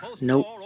Nope